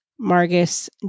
Margus